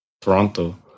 Toronto